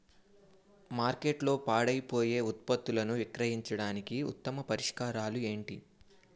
మార్కెట్లో పాడైపోయే ఉత్పత్తులను విక్రయించడానికి ఉత్తమ పరిష్కారాలు ఏంటి?